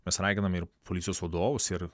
mes raginame ir policijos vadovus ir